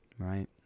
Right